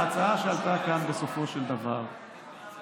אני מבקש הודעה אישית אחרי ההצבעה.